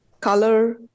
color